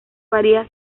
varía